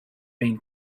been